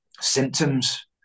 symptoms